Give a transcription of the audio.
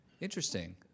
Interesting